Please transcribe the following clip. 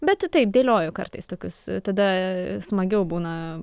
bet taip dėlioju kartais tokius tada smagiau būna